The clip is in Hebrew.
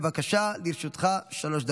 בבקשה, לרשותך שלוש דקות.